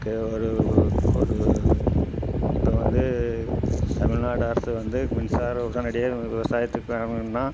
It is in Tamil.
கே ஒரு ஒரு இப்போ வந்து தமிழ்நாடு அரசு வந்து மின்சாரம் உடனடியாக விவசாயத்துக்கு வேணுன்னால்